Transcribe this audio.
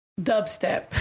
dubstep